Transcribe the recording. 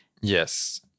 Yes